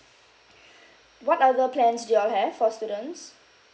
what are the plans do you all have for students